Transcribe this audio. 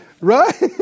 right